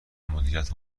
مدیریت